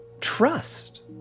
trust